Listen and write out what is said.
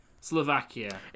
Slovakia